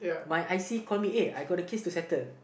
my I_C called me uh I got a case to settle